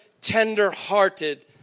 tender-hearted